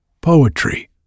poetry